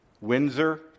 Windsor